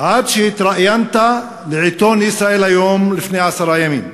עד שהתראיינת לעיתון "ישראל היום" לפני עשרה ימים,